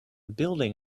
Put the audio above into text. building